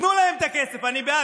תנו להם את הכסף, אני בעד.